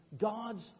God's